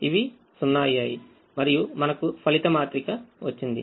ఇవి 0 అయ్యాయి మరియుమనకు ఫలిత మాత్రిక వచ్చింది